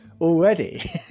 already